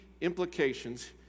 implications